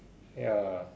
ya